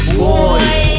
boys